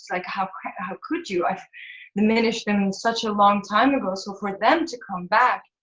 like, how how could you? i diminshed them and such a long time ago. so for them to come back,